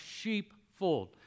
sheepfold